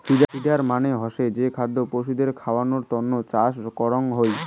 feeder মানে হসে যে খাদ্য পশুদের খাওয়ানোর তন্ন চাষ করাঙ হই